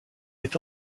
est